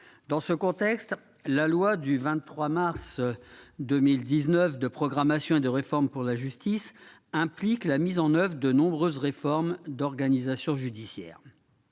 dans ce contexte, la loi du 23 mars 2019 de programmation et de réforme pour la justice implique la mise en oeuvre de nombreuses réformes d'organisation judiciaire,